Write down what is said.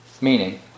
Meaning